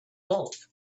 bulk